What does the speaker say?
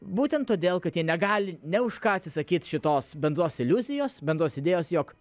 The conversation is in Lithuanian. būtent todėl kad jie negali nė už ką atsisakyt šitos bendros iliuzijos bendros idėjos jog